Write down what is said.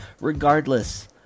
Regardless